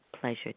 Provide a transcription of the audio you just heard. pleasure